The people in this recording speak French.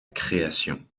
création